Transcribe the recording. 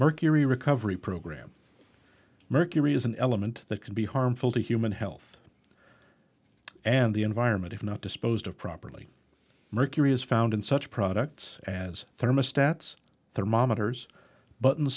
mercury recovery program mercury is an element that can be harmful to human health and the environment if not disposed of properly mercury is found in such products as thermostats thermometers but